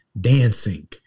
dancing